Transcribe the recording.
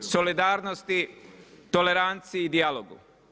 solidarnosti, toleranciji, dijalogu.